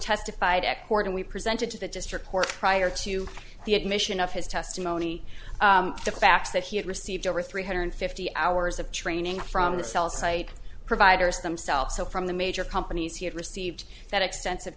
testified at court and we presented to the district court prior to the admission of his testimony the fact that he had received over three hundred fifty hours of training from the cell site providers themselves so from the major companies he had received that extensive